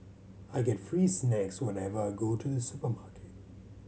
I get free snacks whenever I go to the supermarket